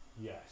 yes